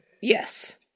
Yes